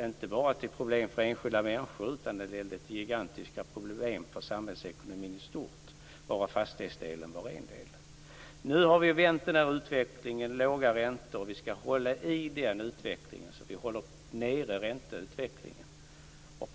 inte bara till problem för enskilda människor, utan det ledde till gigantiska problem för samhällsekonomin i stort, varav fastighetsdelen var en del. Nu har vi vänt denna utveckling. Räntorna är låga, och vi skall hålla fast vid den utvecklingen så att vi håller nere räntorna.